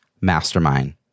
mastermind